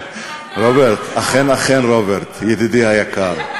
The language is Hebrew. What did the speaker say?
רוברט, אכן אכן, רוברט, ידידי היקר.